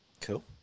Cool